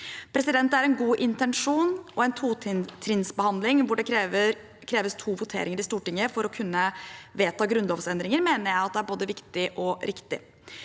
til. Det er en god intensjon, og en totrinnsbehandling hvor det kreves to voteringer i Stortinget for å kunne vedta grunnlovsendringer, mener jeg er både viktig og riktig.